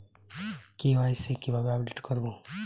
KYC কিভাবে update করব?